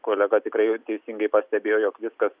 kolega tikrai teisingai pastebėjo jog viskas